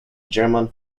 german